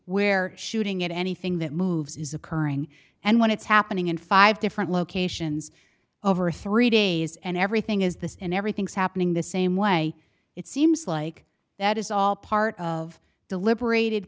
where shooting at anything that moves is occurring and when it's happening in five different locations over three days and everything is this and everything's happening the same way it seems like that is all part of deliberated